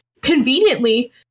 conveniently